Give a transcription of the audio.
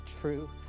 truth